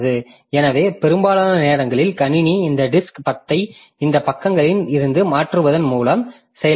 எனவே பெரும்பாலான நேரங்களில் கணினி இந்த டிஸ்க் IO ஐ இந்த பக்கங்களில் இருந்து மாற்றுவதன் மூலம் செய்கிறது